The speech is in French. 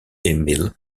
emil